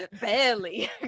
barely